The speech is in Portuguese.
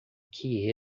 que